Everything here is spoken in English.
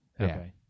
Okay